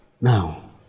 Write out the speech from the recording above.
Now